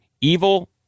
evil